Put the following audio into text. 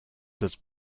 this